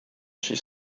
she